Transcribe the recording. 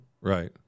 Right